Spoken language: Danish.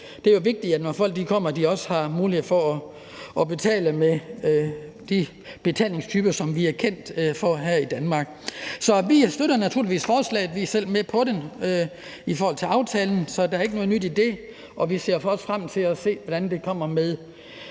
Det er jo vigtigt, at folk, når de kommer, også har mulighed for at betale med de betalingstyper, som vi er kendt for her i Danmark. Så vi støtter naturligvis forslaget. Vi er selv med i aftalen bag, så der er ikke noget nyt i det. Og vi ser også frem til at se, hvad der sker med